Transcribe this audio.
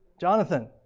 Jonathan